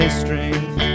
strength